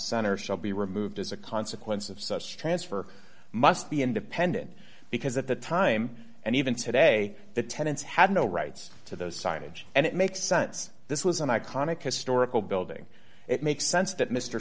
center shall be removed as a consequence of such transfer must be independent because at the time and even today the tenants had no rights to those signage and it makes sense this was an iconic historical building it makes sense that mr